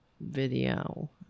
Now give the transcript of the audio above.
video